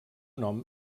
nom